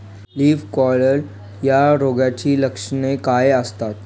Leaf curl या रोगाची लक्षणे काय असतात?